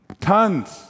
Tons